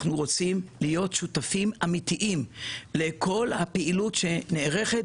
אנחנו רוצים להיות שותפים אמיתיים לכל הפעילות שנערכת